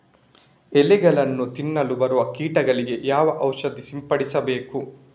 ಎಲೆಗಳನ್ನು ತಿನ್ನಲು ಬರುವ ಕೀಟಗಳಿಗೆ ಯಾವ ಔಷಧ ಸಿಂಪಡಿಸಬೇಕು?